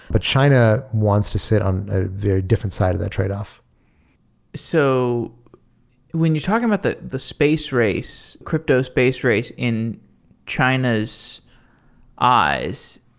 but china wants to sit on ah a different side of the tradeoff so when you're talking about the the space race, crypto space race in china's eyes,